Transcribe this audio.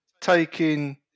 taking